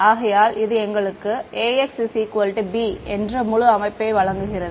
ஆகையால் இது எங்களுக்கு Axb என்ற முழு அமைப்பை வழங்குகிறது